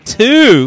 two